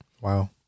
Wow